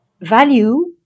value